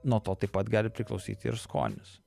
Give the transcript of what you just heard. nuo to taip pat gali priklausyti ir skonis